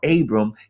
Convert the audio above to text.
Abram